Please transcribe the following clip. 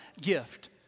gift